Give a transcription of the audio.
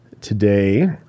today